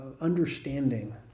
understanding